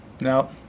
No